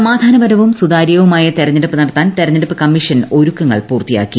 സമാധാനപരവും സുതാര്യവുമായ തെരഞ്ഞെടുപ്പ് നടത്താൻ തെരഞ്ഞെടുപ്പ് കമ്മീഷൻ ഒരുക്കങ്ങൾ പൂർത്തിയാക്കി